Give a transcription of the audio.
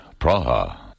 Praha